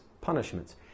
punishments